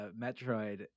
Metroid